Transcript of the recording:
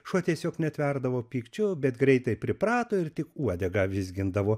šuo tiesiog netverdavo pykčiu bet greitai priprato ir tik uodegą vizgindavo